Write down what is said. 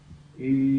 הערבי,